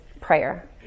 prayer